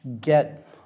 get